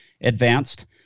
advanced